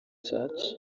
church